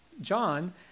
John